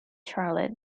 charlotte